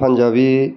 Punjabi